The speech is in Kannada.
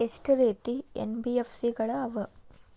ಎಷ್ಟ ರೇತಿ ಎನ್.ಬಿ.ಎಫ್.ಸಿ ಗಳ ಅವ?